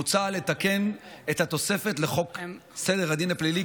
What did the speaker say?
מוצע לתקן את התוספת לחוק סדר הדין הפלילי